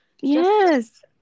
Yes